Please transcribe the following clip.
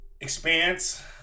Expanse